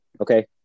okay